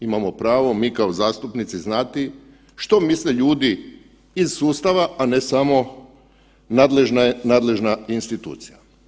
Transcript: Imamo pravo mi kao zastupnici znati što misle ljude iz sustava, a ne samo nadležna institucija.